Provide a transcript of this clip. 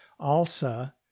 ALSA